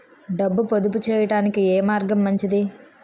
డబ్బు పొదుపు చేయటానికి ఏ మార్గం మంచిది?